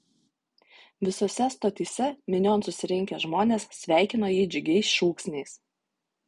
visose stotyse minion susirinkę žmonės sveikino jį džiugiais šūksniais